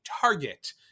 Target